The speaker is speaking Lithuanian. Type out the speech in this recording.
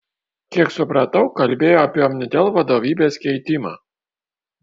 kiek supratau kalbėjo apie omnitel vadovybės keitimą